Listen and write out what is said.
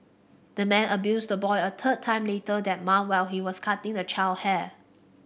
the man abused the boy a third time later that month while he was cutting the child hair